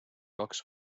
kaks